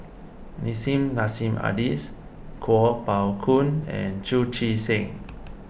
Nissim Nassim Adis Kuo Pao Kun and Chu Chee Seng